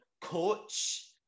coach